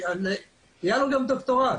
שיהיה לו גם דוקטורט,